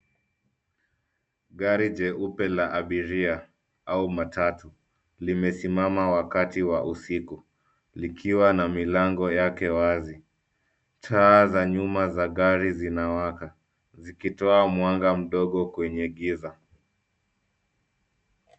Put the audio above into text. Gari jeupe la abiria au matatu limesimama wakati wa usiku, likiwa na milango yake wazi. Taa za nyuma za gari zinawaka, zikitoa mwanga mdogo kwenye giza.